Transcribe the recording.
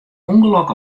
ûngelok